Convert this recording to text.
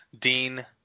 Dean